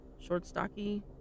short-stocky